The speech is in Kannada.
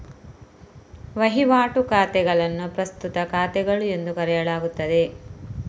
ವಹಿವಾಟು ಖಾತೆಗಳನ್ನು ಪ್ರಸ್ತುತ ಖಾತೆಗಳು ಎಂದು ಕರೆಯಲಾಗುತ್ತದೆ